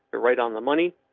right on the money.